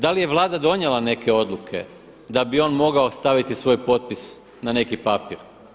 Da li je Vlada donijela neke odluke da bi on mogao staviti svoj potpis na neki papir?